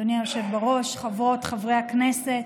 אדוני היושב בראש, חברות וחברי הכנסת,